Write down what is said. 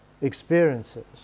experiences